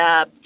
up